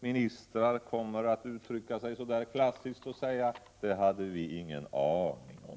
ministrar, kommer att använda det klassiska uttrycket: ”Det hade vi ingen aning om.”